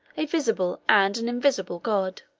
a visible and an invisible god.